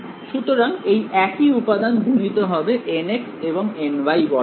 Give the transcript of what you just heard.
সুতরাং এই একই উপাদান গুণিত হবে nx এবং ny বরাবর